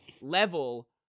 level